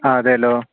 ആ അതെയല്ലോ